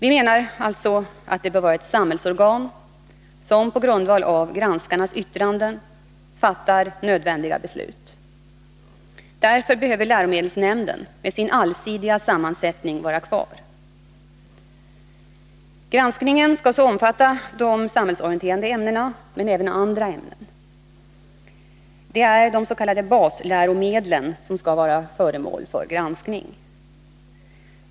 Vi menar alltså att det bör vara ett samhällsorgan som på grundval av granskarnas yttranden fattar nödvändiga beslut. Därför bör läromedelsnämnden med sin allsidiga sammansättning vara kvar. Granskningen skall omfatta läromedlen i de samhällsorienterande ämnena, men även andra ämnen. Det är de s.k. basläromedlen som skall vara föremål för granskning.